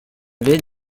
baie